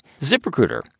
ZipRecruiter